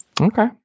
Okay